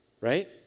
Right